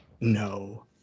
no